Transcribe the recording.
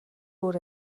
өөр